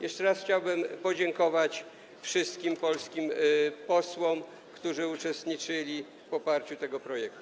Jeszcze raz chciałbym podziękować wszystkim polskim posłom, którzy uczestniczyli w poparciu tego projektu.